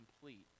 complete